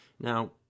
Now